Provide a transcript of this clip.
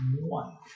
one